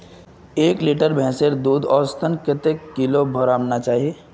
एक लीटर भैंसेर दूध औसतन कतेक किलोग्होराम ना चही?